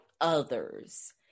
others